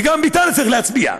וגם ביטן צריך להצביע,